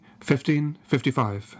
1555